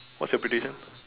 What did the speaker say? what is your prediction